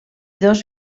dos